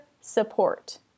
support